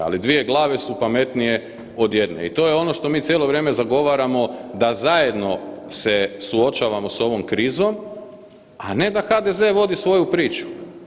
Ali, dvije glave su pametnije od jedne i to je ono što mi cijelo vrijeme zagovaramo da zajedno se suočavamo sa ovom krizom, a ne da HDZ vodi svoju priču.